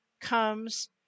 comes